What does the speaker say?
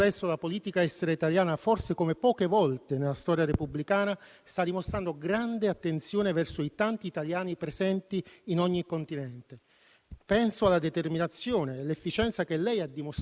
Penso alla determinazione e all'efficienza che lei ha dimostrato durante l'emergenza Covid sia impegnandosi a reperire l'indispensabile materiale sanitario sia assistendo i tanti connazionali bloccati